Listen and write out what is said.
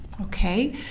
Okay